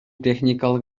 техникалык